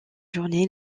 journée